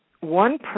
One